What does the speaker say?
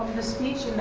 the speech